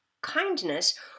kindness